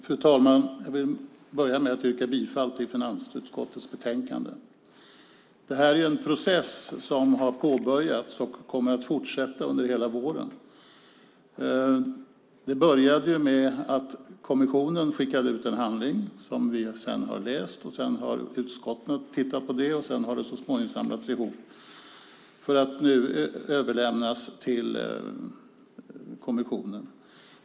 Fru talman! Jag vill börja med att yrka bifall till förslaget i finansutskottets utlåtande. Det här är en process som har påbörjats och som kommer att fortsätta under hela våren. Det började med att kommissionen skickade ut en handling som vi har läst. Sedan har utskotten tittat på detta, och så småningom har det samlats ihop för att nu överlämnas till kommissionen.